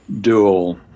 dual